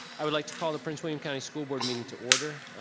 i would like to call the prince william county school board meeting to order.